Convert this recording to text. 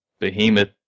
behemoth